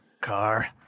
car